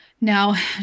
Now